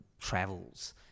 travels